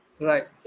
right